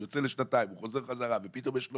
והוא יוצא לשנתיים וחוזר חזרה ופתאום הוא